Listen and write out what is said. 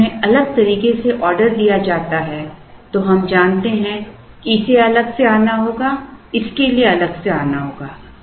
यदि उन्हें अलग तरीके से ऑर्डर दिया जाता है तो हम जानते हैं कि इसे अलग से आना होगा इसके लिए अलग से आना होगा